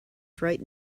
fright